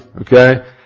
okay